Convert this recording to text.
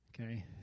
Okay